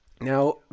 Now